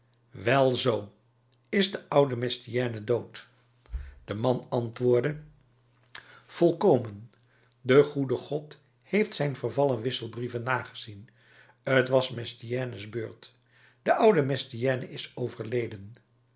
mompelde welzoo is de oude mestienne dood de man antwoordde volkomen de goede god heeft zijn vervallen wisselbrieven nagezien t was mestiennes beurt de oude mestienne is overleden